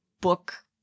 book